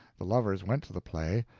the lovers went to the play.